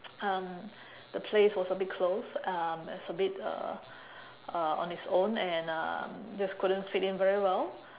um the place was a bit closed um it's a bit uh uh on it's own and um just couldn't fit in very well